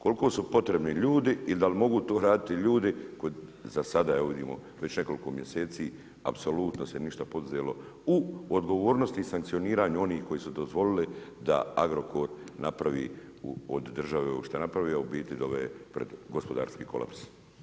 Koliko su potrebni ljudi i da li mogu to raditi ljudi koji za sada evo vidimo već nekoliko mjeseci apsolutno se ništa poduzelo u odgovornosti i sankcioniranju onih koji su dozvolili da Agrokor napravi od države ovo što je napravio, a u biti doveo je pred gospodarski kolaps.